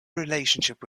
relationship